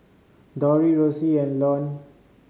Dori Rossie and Luann